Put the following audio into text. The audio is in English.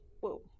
whoa